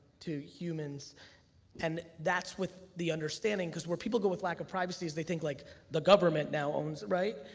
to humans and that's with the understanding, cause where people go with lack of privacy is they think like the government now owns it, right?